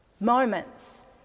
moments